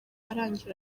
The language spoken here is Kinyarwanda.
arangije